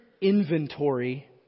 inventory